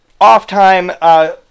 off-time